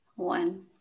one